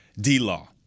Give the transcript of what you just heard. D-Law